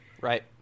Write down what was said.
right